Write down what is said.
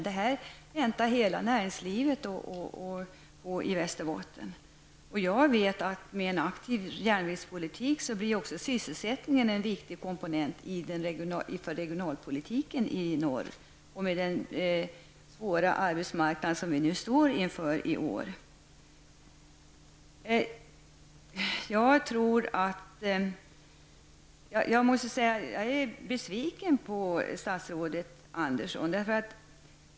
Detta väntar hela näringslivet i Västerbotten på. Med en aktiv järnvägspolitik blir också sysselsättningen en viktig komponent för regionalpolitiken i norr, med den svåra arbetsmarknad vi nu står inför i år. Jag är besviken på statsrådet Andersson.